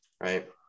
Right